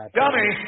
dummy